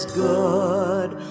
good